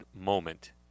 moment